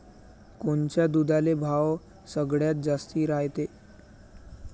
कोनच्या दुधाले भाव सगळ्यात जास्त रायते?